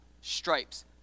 stripes